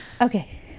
okay